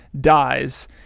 dies